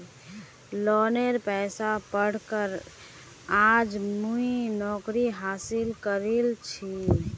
लोनेर पैसात पढ़ कर आज मुई नौकरी हासिल करील छि